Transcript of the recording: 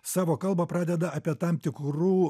savo kalbą pradeda apie tam tikrų